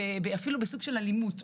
אפילו בסוג של אלימות,